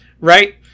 right